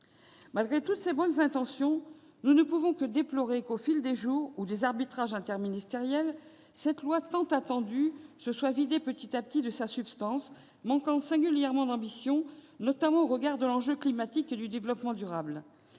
Malgré toutes ces bonnes intentions, nous déplorons qu'au fil des jours, ou des arbitrages interministériels, ce texte tant attendu se soit vidé petit à petit de sa substance au point de manquer singulièrement d'ambition, notamment au regard de l'enjeu climatique et du développement durable.